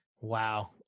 Wow